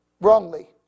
wrongly